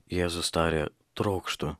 jėzus tarė trokštu